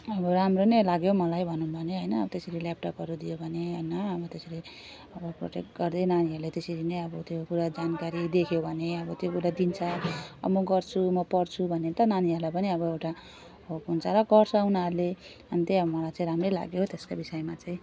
अब राम्रो नै लाग्यो मलाई भनौँ भने होइन अब त्यसरी ल्यापटपहरू दियो भने होइन अब तसरी अब प्रोटेक्ट गर्दै नानीहरूलाई अब त्यसरी नै अब त्यो पुरा जानकारी देख्यो भने त्यो त्यो कुरा दिन्छ अब म गर्छु म पढछु भनेर त नानीहरूलाई पनि अब एउटा होप हुन्छ र गर्छ उनीहरूले अनि त्यही अब मलाई चाहिँ राम्रै लाग्यो त्यसको विषयमा चाहिँ